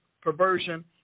perversion